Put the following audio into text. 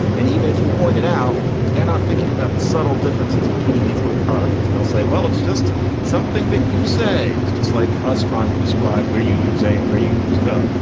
and even if you pointed out they're not thinking about the subtle differences between these little particles, they'll say, well, it's just something that you say is just like us trying to describe where you use a and where you use the.